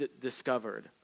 discovered